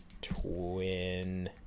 twin